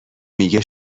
میگه